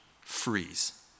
freeze